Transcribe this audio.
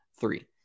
three